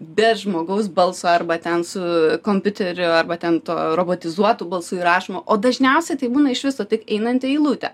be žmogaus balso arba ten su kompiuteriu arba ten tuo robotizuotu balsu įrašoma o dažniausiai tai būna iš viso tik einanti eilutė